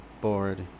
board